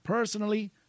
Personally